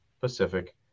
Pacific